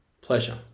pleasure